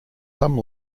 some